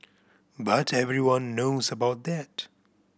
but everyone knows about that